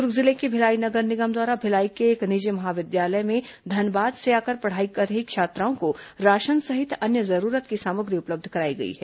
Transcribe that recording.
दुर्ग जिले के भिलाई नगर निगम द्वारा भिलाई के एक निजी महाविद्यालय में धनबाद से आकर पढ़ाई कर रही छात्राओं को राशन सहित अन्य जरूरत की सामग्री उपलब्ध कराई गई है